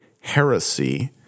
heresy